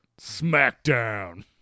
Smackdown